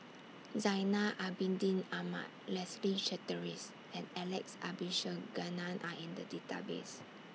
Zainal Abidin Ahmad Leslie Charteris and Alex Abisheganaden Are in The Database